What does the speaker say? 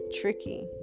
tricky